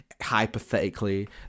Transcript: hypothetically